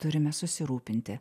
turime susirūpinti